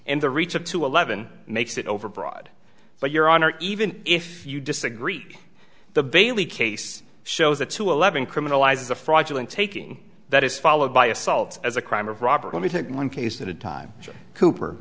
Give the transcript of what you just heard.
and the reach of two eleven makes it overbroad but your honor even if you disagree the bailey case shows that to eleven criminalize a fraudulent taking that is followed by assault as a crime of robert let me think in one case at a time cooper